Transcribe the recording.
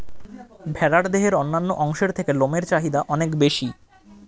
ভেড়ার দেহের অন্যান্য অংশের থেকে লোমের চাহিদা অনেক বেশি